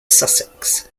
sussex